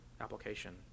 application